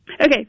Okay